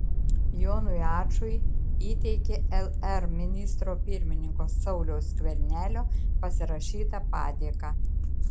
jonui ačui įteikė lr ministro pirmininko sauliaus skvernelio pasirašytą padėką